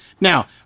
Now